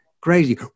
crazy